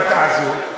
מה תעשו?